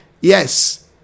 Yes